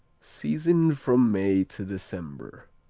season from may to december.